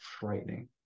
frightening